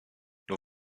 nur